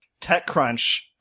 TechCrunch